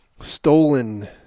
stolen